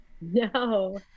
No